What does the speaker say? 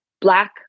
black